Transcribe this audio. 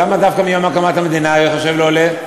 אז למה דווקא מיום הקמת המדינה ייחשב לעולה?